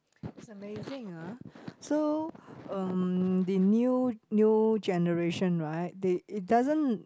it's amazing ah so um the new new generation right they it doesn't